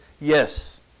Yes